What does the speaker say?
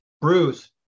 Bruce